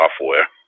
software